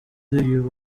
uyu